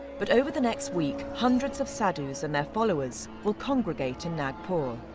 but over the next week hundreds of sadhus and their followers will congregate in nagpur.